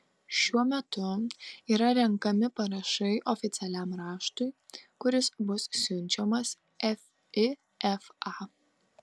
šiuo metu yra renkami parašai oficialiam raštui kuris bus siunčiamas fifa